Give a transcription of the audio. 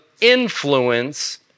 influence